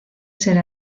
ser